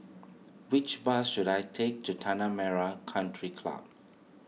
which bus should I take to Tanah Merah Country Club